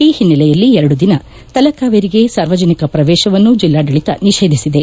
ಈ ಹಿನ್ನೆಲೆಯಲ್ಲಿ ಎರಡು ದಿನ ತಲಕಾವೇರಿಗೆ ಸಾರ್ವಜನಿಕ ಪ್ರವೇಶವನ್ನು ಜಿಲ್ಲಾಡಳಿತ ನಿಷೇಧಿಸಿದೆ